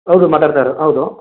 ಹೌದು ಮಾತಾಡ್ತಾ ಇರೋ ಹೌದು